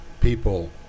people